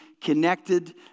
connected